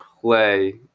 play